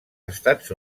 estats